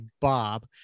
Bob